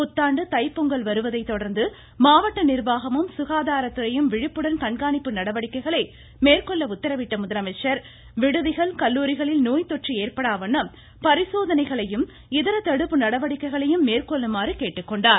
புத்தாண்டு தைப்பொங்கல் வருவதை தொடர்ந்து மாவட்ட நிர்வாகமும் சுகாதார துறையும் விழிப்புடன் கண்காணிப்பு நடவடிக்கைகளை மேற்கொள்ள உத்தரவிட்ட முதலமைச்சர் விடுதிகள் கல்லூரிகளில் நோய் தொற்று ஏற்படாவண்ணம் பரிசோதனைகளையும் இதர தடுப்பு நடவடிக்கைகளையும் மேற்கொள்ளுமாறு கேட்டுக்கொண்டார்